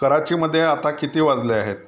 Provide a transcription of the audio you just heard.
कराचीमध्ये आता किती वाजले आहेत